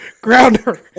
grounder